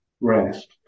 rest